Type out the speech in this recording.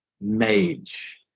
mage